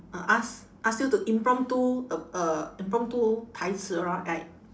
uh ask ask you to impromptu uh uh impromptu 台词：tai ci right